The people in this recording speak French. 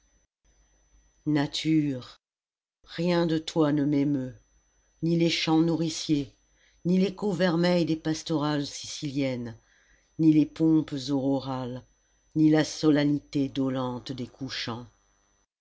nature rien de toi ne m'émeut ni les champs nourriciers ni l'écho vermeil des pastorales siciliennes ni les pompes aurorales ni la solennité dolente des couchants